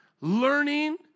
learning